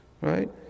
right